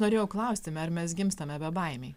norėjau klausti ar mes gimstame bebaimiai